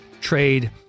trade